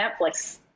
Netflix